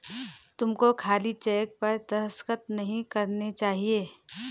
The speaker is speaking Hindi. तुमको खाली चेक पर दस्तखत नहीं करने चाहिए